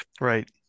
Right